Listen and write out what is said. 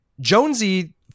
Jonesy